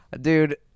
Dude